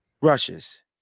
Rushes